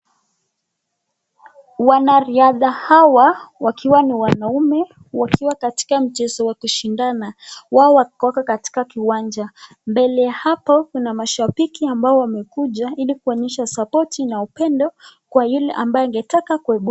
Wanariadha hawa wakiwa ni wanaume, wakiwa katika wa kushindano wao wakiwa katika kiwanja. Mbele ya hapo kuna mashabiki ambao wamekuja ili kuonyesha sapoti na upendo kwa ile ambayo ametaka kuebuka.